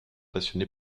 passionné